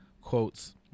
quotes